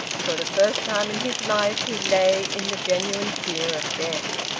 for the first time in his life he lay in the genuine fear of death.